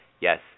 yes